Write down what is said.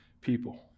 people